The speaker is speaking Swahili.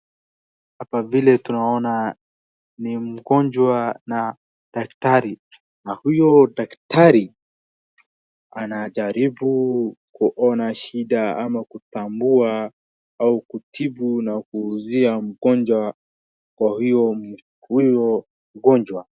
Hapa vile tunaona ni mgonjwa na daktari. Na huyo daktari anajaribu kuona shida ama kutambua au kutibu na kuuzia mgonjwa kwa huyo ugonjwa.